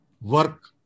work